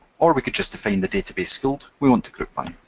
or we could just define the database field we want to group by.